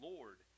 Lord